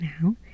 now